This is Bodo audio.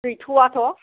गैथ'वाथ'